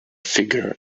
figure